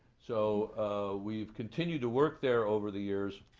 so we've continued to work there over the years.